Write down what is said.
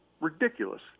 ridiculous